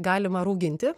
galima rauginti